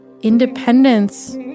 independence